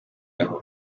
aho